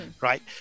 right